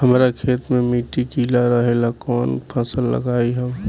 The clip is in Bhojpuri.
हमरा खेत के मिट्टी गीला रहेला कवन फसल लगाई हम?